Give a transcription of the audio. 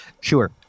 Sure